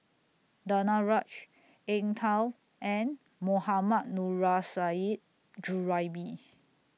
Danaraj Eng Tow and Mohammad Nurrasyid Juraimi